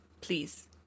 Please